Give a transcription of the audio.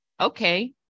okay